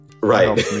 right